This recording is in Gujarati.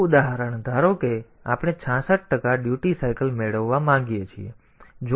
બીજું ઉદાહરણ ધારો કે આપણે 66 ટકા ડ્યુટી સાયકલ બનાવવા માંગીએ છીએ